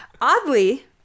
Oddly